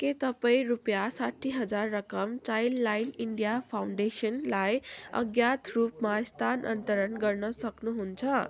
के तपाईँ रुपियाँ साठ्ठी हजार रकम चाइल्ड लाइन इन्डिया फाउन्डेसनलाई अज्ञात रूपमा स्थानान्तरन गर्न सक्नुहुन्छ